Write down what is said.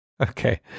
Okay